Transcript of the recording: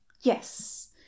Yes